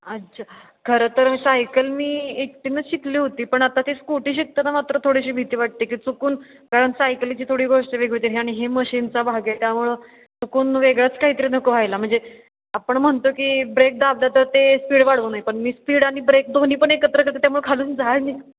अच्छा खरं तर सायकल मी एकटीनंच शिकली होती पण आता ती स्कूटी शिकताना मात्र थोडीशी भीती वाटते की चुकून कारण सायकलीची थोडी गोष्ट वेगवेगळी आणि ही मशीनचा भाग आहे त्यामुळं चुकून वेगळाच काहीतरी नको व्हायला म्हणजे आपण म्हणतो की ब्रेक दाबलं तर ते स्पीड वाढवू नये पण मी स्पीड आणि ब्रेक दोन्ही पण एकत्र करते त्यामुळे खालून झाळ निघ